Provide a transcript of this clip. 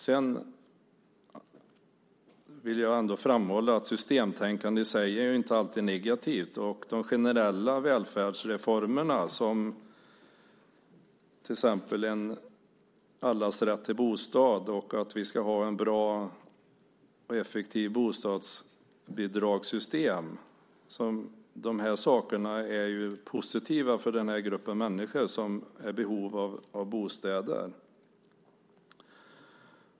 Sedan vill jag ändå framhålla att systemtänkande i sig inte alltid är negativt. Och de generella välfärdsreformerna, som till exempel allas rätt till bostad och att vi ska ha ett bra och effektivt bostadsbidragssystem, är ju positiva för den här gruppen människor som är i behov av bostäder.